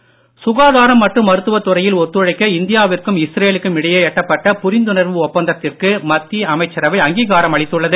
அமைச்சரவை சுகாதாரம் மற்றும் மருத்துவ துறையில் இந்தியாவிற்கும் இஸ்ரேலுக்கும் இடையே எட்டப்பட்ட புரிந்துணர்வு ஒப்பந்தத்திற்கு மத்திய அமைச்சரவை அங்கீகாரம் அளித்துள்ளது